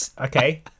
okay